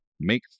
make